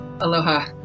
Aloha